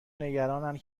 نگرانند